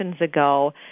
ago